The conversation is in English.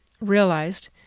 realized